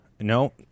no